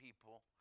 people